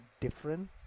different